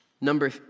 Number